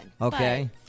Okay